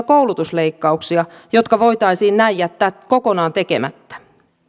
koulutusleikkauksia jotka voitaisiin näin jättää kokonaan tekemättä